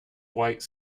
white